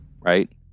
Right